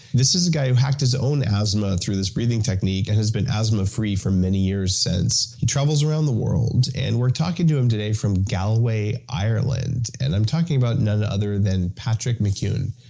this is a guy who hacked his own asthma through this breathing technique and has been asthma free for many years since. he travels around the world, and we're talking to him today from galway, ireland, and i'm talking about none other than patrick mckeown.